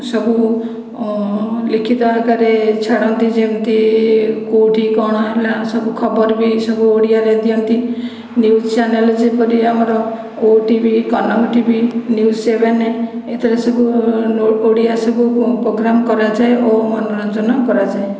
ସବୁ ଲିଖିତ ଆକାରେ ଛାଡ଼ନ୍ତି ଯେମିତି କେଉଁଠି କ'ଣ ହେଲା ସବୁ ଖବର ବି ସବୁ ଓଡ଼ିଆରେ ଦିଅନ୍ତି ନ୍ୟୁଜ ଚ୍ୟାନେଲ ଯେପରି ଆମର OTV Kanak TV news seven ଏଥିରେ ସବୁ ଓଡ଼ିଆ ସବୁ ପ୍ରୋଗ୍ରାମ କରାଯାଏ ଓ ମନୋରଞ୍ଜନ କରାଯାଏ